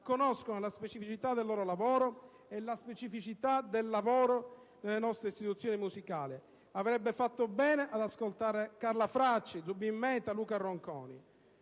conoscono la specificità del loro lavoro e la specificità del lavoro nelle nostre istituzioni musicali. Avrebbe fatto bene ad ascoltare almeno Carla Fracci, Zubin Mehta, Luca Ronconi.